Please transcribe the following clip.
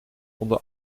onder